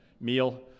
meal